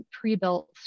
pre-built